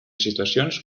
situacions